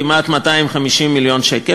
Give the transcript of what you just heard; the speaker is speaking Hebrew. כמעט 250 מיליון שקל,